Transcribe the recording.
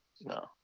No